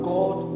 God